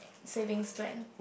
savings plan